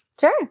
Sure